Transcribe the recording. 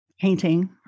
painting